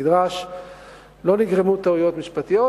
לא נגרמו טעויות משפטיות,